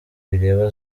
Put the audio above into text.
bireba